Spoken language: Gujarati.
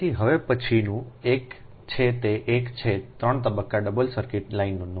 તેથી હવે પછીનું એક છે તે એક છે 3 તબક્કો ડબલ સર્કિટ લાઇનનો